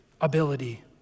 ability